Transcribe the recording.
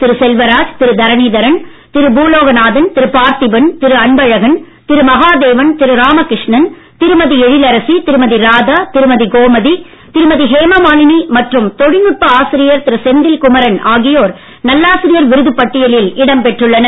திரு செல்வராஜ் திரு தரணீதரன் திரு பூலோகநாதன் திரு பார்த்திபன் திரு அன்பழகன் திரு மகாதேவன் திரு ராமகிருஷ்ணன் திருமதி எழிலரசி திருமதி ராதா திருமதி கோமதி திருமதி ஹேமமாலினி மற்றும் தொழில்நுட்ப ஆசிரியர் திரு செந்தில் குமரன் ஆகியோர் நல்லாசிரியர் விருது பட்டியலில் இடம் பெற்றுள்ளனர்